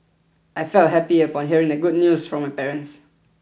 I felt happy upon hearing the good news from my parents